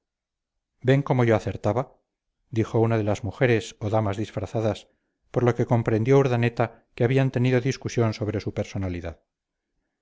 ven como yo acertaba dijo una de las mujeres o damas disfrazadas por lo que comprendió urdaneta que habían tenido discusión sobre su personalidad